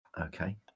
Okay